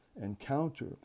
encounter